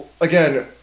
again